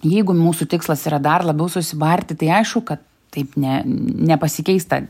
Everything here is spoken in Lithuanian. jeigu mūsų tikslas yra dar labiau susibarti tai aišku kad taip ne nepasikeis ta